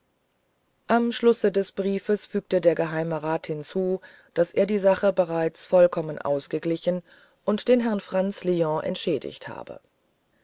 am schlusse des briefes fügte der geheimerat hinzu daß er die sache bereits vollkommen ausgeglichen und den herrn franz lion entschädiget habe